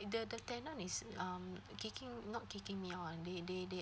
it the the tenant is um kicking not kicking me out ah they they they